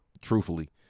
truthfully